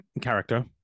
character